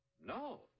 No